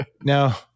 Now